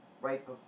right